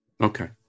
Okay